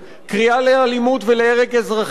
קריאה לאלימות ולהרג אזרחים.